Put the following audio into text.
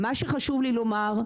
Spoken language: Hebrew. מה שחשוב לי לומר,